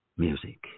music